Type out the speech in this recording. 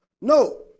No